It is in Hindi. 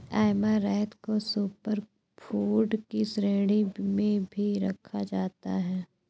ऐमारैंथ को सुपर फूड की श्रेणी में भी रखा जाता है